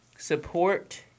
Support